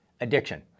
addiction